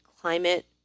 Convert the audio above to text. climate